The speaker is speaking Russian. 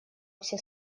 все